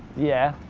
yeah.